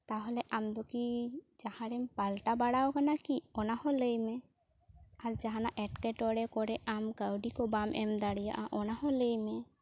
ᱛᱟᱦᱚᱞᱮ ᱟᱢ ᱫᱚᱠᱤ ᱡᱟᱦᱟᱸᱨᱮᱢ ᱯᱟᱞᱴᱟ ᱵᱟᱲᱟᱣ ᱠᱟᱱᱟ ᱠᱤ ᱚᱱᱟ ᱦᱚᱸ ᱞᱟᱹᱭ ᱢᱮ ᱟᱨ ᱡᱟᱦᱟᱸᱱᱟᱜ ᱮᱴᱠᱮᱴᱚᱬᱮ ᱠᱚᱨᱮ ᱟᱢ ᱠᱟᱹᱣᱰᱤ ᱠᱚ ᱵᱟᱢ ᱮᱢ ᱫᱟᱲᱮᱭᱟᱜᱼᱟ ᱚᱱᱟ ᱦᱚᱸ ᱞᱟᱹᱭ ᱢᱮ